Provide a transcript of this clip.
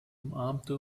umarmte